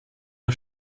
der